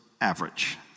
average